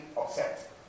upset